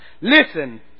Listen